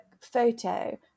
photo